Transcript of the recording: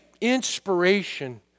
Inspiration